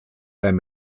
beim